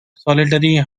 solitary